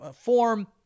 form